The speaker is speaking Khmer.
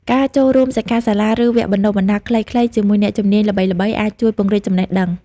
ការចូលរួមសិក្ខាសាលា ឬវគ្គបណ្តុះបណ្តាលខ្លីៗជាមួយអ្នកជំនាញល្បីៗអាចជួយពង្រីកចំណេះដឹង។